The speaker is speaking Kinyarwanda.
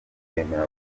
twemera